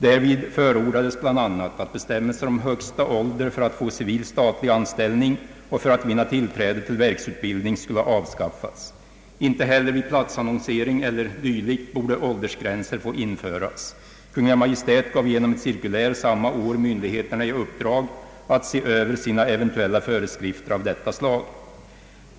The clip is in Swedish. Därvid förordades bl.a. att bestämmelser om högsta ålder för att få civil statlig anställning och för att vinna tillträde till verksutbildning skulle avskaffas. Inte heller vid platsannonsering eller dylikt borde åldersgränser få införas. Kungl. Maj:t gav genom ett cirkulär samma år myndigheterna i uppdrag att se över sina eventuella föreskrifter av detta slag.